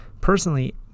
Personally